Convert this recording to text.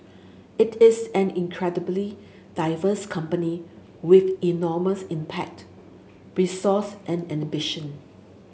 it is an incredibly diverse company with enormous impact resource and ambition